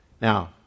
Now